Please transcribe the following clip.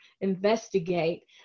Investigate